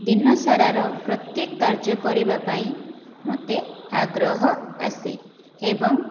ଦିନ ସାରାର ପ୍ରତ୍ୟେକ କାର୍ଯ୍ୟ କରିବା ପାଇଁ ମୋତେ ଆଗ୍ରହ ଆସେ ଏବଂ